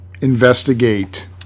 investigate